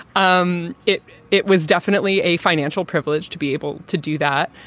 um it it was definitely a financial privilege to be able to do that.